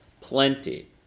plenty